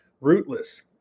rootless